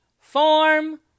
form